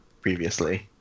previously